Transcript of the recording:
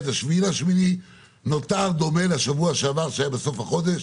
עד 7.8 נותר דומה לשבוע שעבר שהיה בסוף החודש